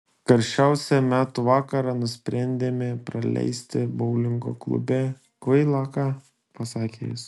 karščiausią metų vakarą nusprendėme praleisti boulingo klube kvaila ką pasakė jis